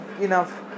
enough